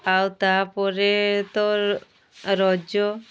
ଆଉ ତା'ପରେ ତ ରଜ